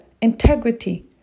integrity